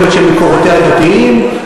יכול להיות שמקורותיה דתיים,